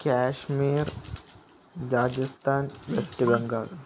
Kashmir Rajasthan west Bengal